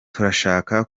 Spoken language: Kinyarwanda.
turashaka